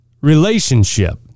Relationship